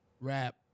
rap